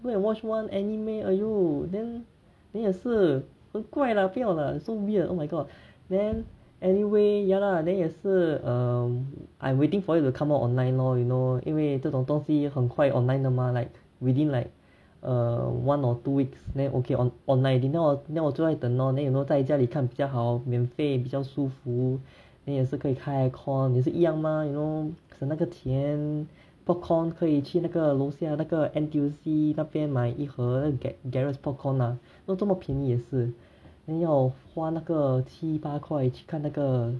go and watch one anime !aiyo! then then 也是很怪啦不要啦 it's so weird oh my god then anyway ya lah then 也是 um I'm waiting for it to come out online or you know 因为这种东西很快的嘛 like within like um one or two weeks then okay on online then 我在家里看比较好免费比较舒服 then 也是可以开 aircon 也是一样嘛 you know 省那个钱 popcorn 可以去那个楼下那个 N_T_U_C 那边买一盒 packet garrer's popcorn lah 这么便宜也是不要花那个七八块去看那个